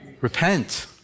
Repent